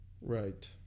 right